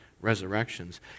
Resurrections